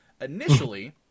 Initially